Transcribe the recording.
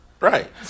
Right